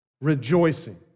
rejoicing